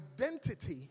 identity